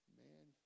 man